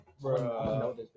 bro